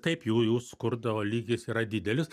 taip jų jų skurdo lygis yra didelis